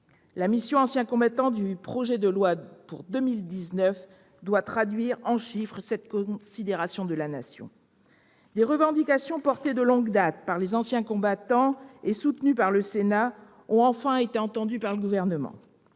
et liens avec la Nation » du projet de loi de finances pour 2019 doit traduire en chiffres cette considération de la Nation. Des revendications portées de longue date par les anciens combattants et soutenues par le Sénat ont enfin été entendues par le Gouvernement.